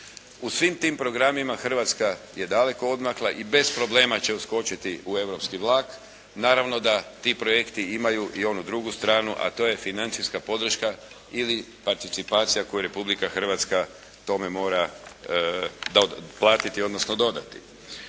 U svim tim programima Hrvatska je daleko odmakla i bez problema će uskočiti u europski vlak. Naravno da ti projekti imaju i onu drugu stranu a to je financijska podrška ili participacija koju Republika Hrvatske tome mora doplatiti odnosno dodati.